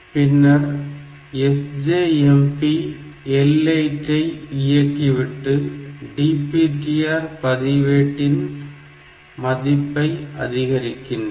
பின்னர் SJMP L8 ஐ இயக்கிவிட்டு DPTR பதிவேட்டின் மதிப்பை அதிகரிக்கின்றோம்